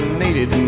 needed